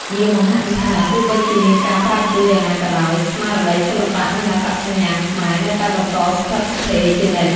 វាបង្ហាញថា ទោះបីជាមានការប្រែប្រួលយ៉ាងណាក៏ដោយ ស្មារតីសិល្បៈ និងអត្តសញ្ញាណខ្មែរនៅតែបន្តស្ថិតស្ថេរជានិច្ច។